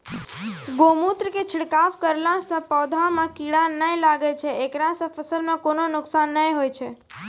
गोमुत्र के छिड़काव करला से पौधा मे कीड़ा नैय लागै छै ऐकरा से फसल मे कोनो नुकसान नैय होय छै?